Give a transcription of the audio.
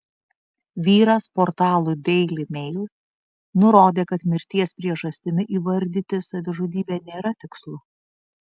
vyras portalui daily mail nurodė kad mirties priežastimi įvardyti savižudybę nėra tikslu